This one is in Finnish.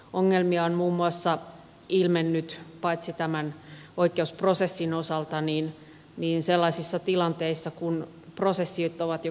ongelmia on ilmennyt paitsi tämän oikeusprosessin osalta myös sellaisissa tilanteissa kun prosessit ovat jo käynnistyneet